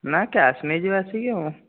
ନା କ୍ୟାସ୍ ନେଇ ଯିବେ ଆସିକି ଆଉ